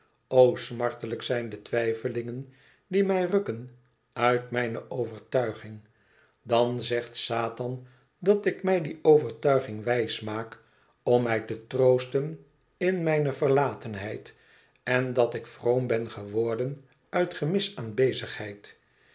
smartelijk zijn de twijfelingen die mij rukken uit mijne overtuiging dan zegt satan dat ik mij die overtuiging wijs maak om mij te troosten in mijne verlatenheid en dat ik vroom ben geworden uit gemis aan bezigheid